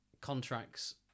contracts